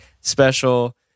special